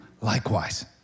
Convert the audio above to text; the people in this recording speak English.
likewise